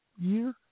year